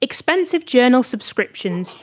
expensive journal subscriptions